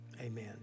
amen